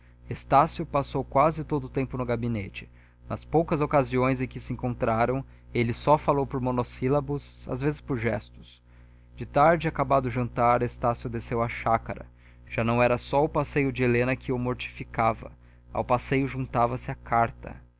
estácio passou quase todo o tempo no gabinete nas poucas ocasiões em que se encontraram ele só falou por monossílabos às vezes por gestos de tarde acabado o jantar estácio desceu à chácara já não era só o passeio de helena que o mortificava ao passeio juntava-se a carta